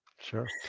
Sure